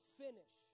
finish